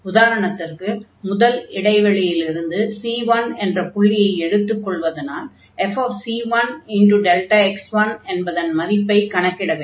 உதாரணத்திற்கு முதல் இடைவெளியிலிருந்து c1 என்ற புள்ளியை எடுத்துக் கொள்வதனால் fc1Δx1 என்பதன் மதிப்பைக் கணக்கிட வேண்டும்